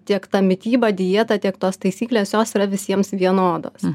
tiek ta mityba dieta tiek tos taisyklės jos yra visiems vienodos